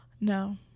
No